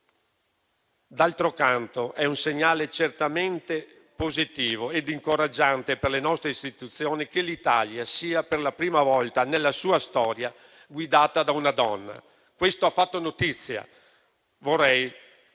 D'altro canto, è un segnale certamente positivo ed incoraggiante per le nostre istituzioni che l'Italia sia per la prima volta nella sua storia guidata da una donna. Questo ha fatto notizia. Vorrei